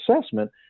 assessment